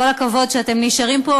כל הכבוד שאתם נשארים פה.